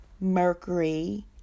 Mercury